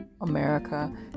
America